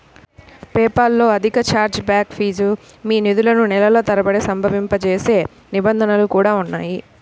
PayPal లో అధిక charge back fees, మీ నిధులను నెలల తరబడి స్తంభింపజేసే నిబంధనలు కూడా ఉన్నాయి